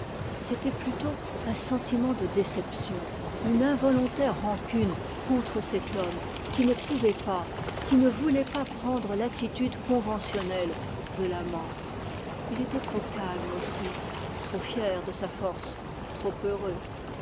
c'était plutôt un sentiment de déception une involontaire rancune contre cet homme qui ne pouvait pas qui ne voulait pas prendre l'attitude conventionnelle de l'amant il était trop calme aussi trop fier de sa force trop heureux